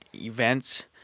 events